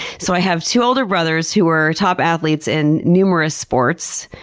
so i have two older brothers who were top athletes in numerous sports.